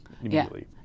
immediately